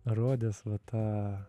rodęs va tą